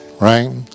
right